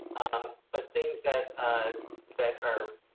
um, but things that ah that are.